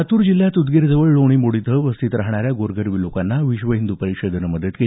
लातूर जिल्ह्यात उदगीर जवळ लोणीमोड इथं वस्तीत राहणाऱ्या गोरगरीब लोकांना विश्व हिन्द्र परिषदेनं मदत केली